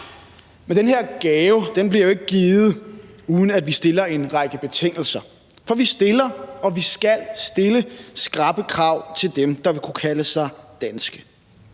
Men den her gave bliver jo ikke givet, uden at vi stiller en række betingelser. For vi stiller, og vi skal stille skrappe krav til dem, der vil kunne kalde sig danske.